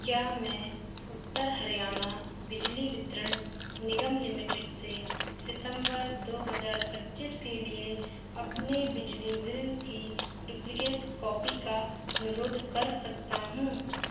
क्या मैं उत्तर हरियाणा बिजली वितरण निगम लिमिटेड से सितम्बर दो हजार पच्चीस के लिए अपने बिजली बिल की डुप्लिकेट कॉपी का अनुरोध कर सकता हूँ